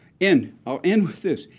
end i'll end with this.